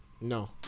No